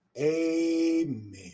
amen